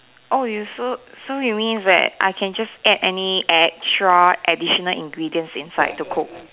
oh you so so you mean that I can just get any extra ingredients inside to cook